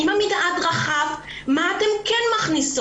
אם המנעד רחב, מה אתן כן מכניסות?